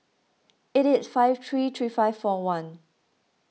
eight eight five three three five four one